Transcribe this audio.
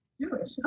Jewish